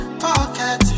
pocket